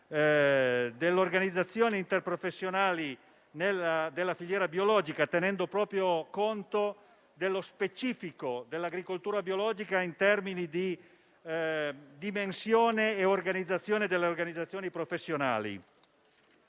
le organizzazioni interprofessionali nella filiera biologica, tenendo conto dello specifico dell'agricoltura biologica in termini di dimensione e struttura delle organizzazioni professionali.